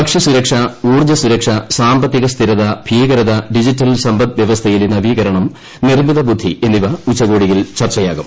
ഭക്ഷ്യ സുരക്ഷ ഊർജസുരക്ഷ സാമ്പത്തിക സ്ഥിരത ഭീകരത ഡിജിറ്റൽ സമ്പദ് വ്യവസ്ഥയിലെ നവീകരണം നിർമ്മിത ബുദ്ധി എന്നിവ ഉച്ചകോടിയിൽ ചർച്ചയാകും